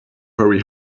very